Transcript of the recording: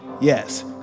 Yes